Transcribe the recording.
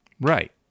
Right